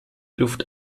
luft